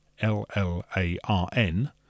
l-l-a-r-n